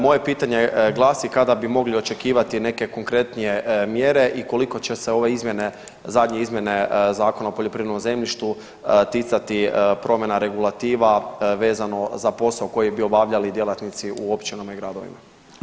Moje pitanje glasi kada bi mogli očekivati neke konkretnije mjere i koliko će se ove izmjene, zadnje izmjene Zakona o poljoprivrednom zemljištu ticati promjena regulativa vezano za posao koji bi obavljali djelatnici u općinama i gradovima.